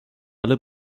alle